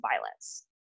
violence